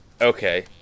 Okay